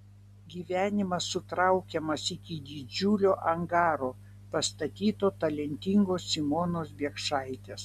gyvenimas sutraukiamas iki didžiulio angaro pastatyto talentingos simonos biekšaitės